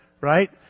right